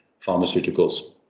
pharmaceuticals